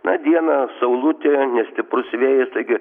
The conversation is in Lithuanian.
na dieną saulutė nestiprus vėjas taigi